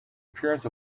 appearance